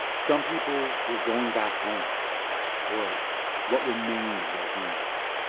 some people were going back home or what remained of their homes